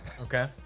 Okay